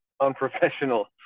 unprofessional